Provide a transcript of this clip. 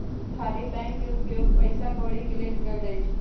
खाली बैंक के उपयोग पइसा कौरि के लेल कएल जाइ छइ